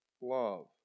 love